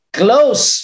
close